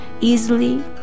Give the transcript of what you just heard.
easily